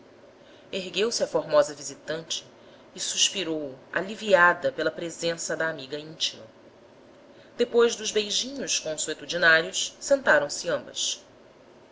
ergueu-se a formosa visitante e suspirou aliviada pela presença da amiga íntima depois dos beijinhos consuetudinários sentaram-se ambas